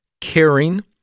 caring